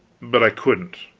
but i couldn't,